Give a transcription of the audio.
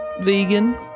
vegan